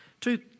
two